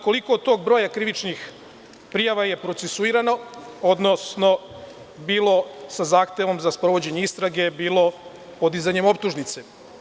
Koliko od tog broja krivičnih prijava je procesuirano, odnosno bilo sa zahtevom za sprovođenje istrage, bilo podizanjem optužnice?